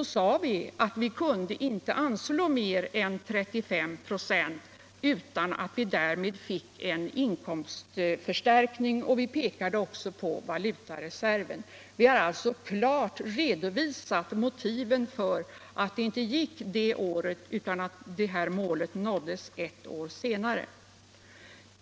år sade vi att vi inte kunde anslå mer än 35 26 om vi inte fick en inkomstförstärkning. Vi pekade också på valutareserven. Vi har alltså klart redovisat motiven för att det här målet inte kunde nås förrän ett år senare.